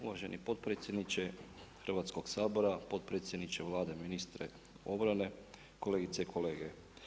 Uvaženi potpredsjedniče Hrvatskog sabora, potpredsjedniče Vlade, ministre obrane, kolegice i kolege.